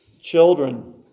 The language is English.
Children